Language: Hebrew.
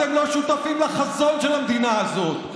אתם לא שותפים לחזון של המדינה הזאת.